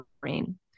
brain